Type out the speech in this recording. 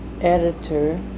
editor